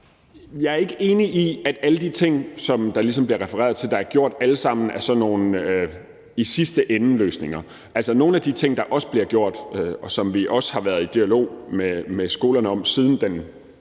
Jeg er ikke enig i, at alle de ting, der ligesom bliver refereret til, der er gjort, alle sammen er nogle i sidste ende-løsninger. Altså, nogle af de ting, der også bliver gjort, og som vi også har været i dialog med skolerne om, siden den